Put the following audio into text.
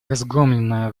разгромленная